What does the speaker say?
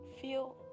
feel